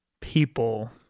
people